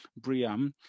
BRIAM